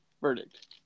verdict